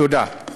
תודה.